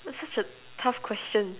that's such a tough question